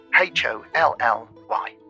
H-O-L-L-Y